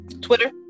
Twitter